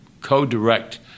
co-direct